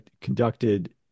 conducted